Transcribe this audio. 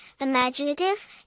imaginative